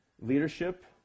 leadership